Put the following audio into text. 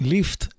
Lift